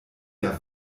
der